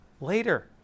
Later